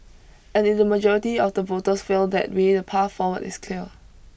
and if the majority of the voters feel that way the path forward is clear